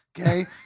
okay